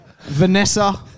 Vanessa